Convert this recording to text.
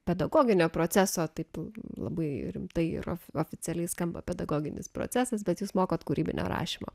pedagoginio proceso taip labai rimtai ir oficialiai skamba pedagoginis procesas bet jūs mokot kūrybinio rašymo